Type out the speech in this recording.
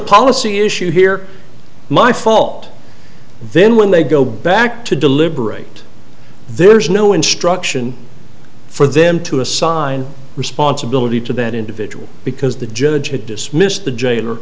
policy issue here my fault then when they go back to deliberate there's no instruction for them to assign responsibility to that individual because the judge had dismissed the ja